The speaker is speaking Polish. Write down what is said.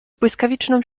błyskawiczną